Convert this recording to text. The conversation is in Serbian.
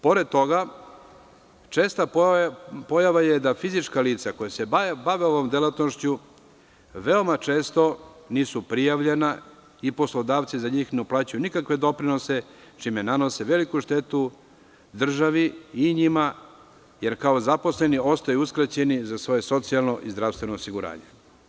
Pored toga, česta je pojava da fizička lica koja se bave ovom delatnošću nisu prijavljena i poslodavci za njih ne plaćaju nikakve doprinose, čime nanose veliku štetu državi i njima, jer kao zaposleni ostaju uskraćeni za svoje socijalno i zdravstveno osiguranje.